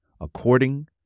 according